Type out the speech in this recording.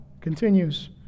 continues